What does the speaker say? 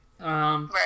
Right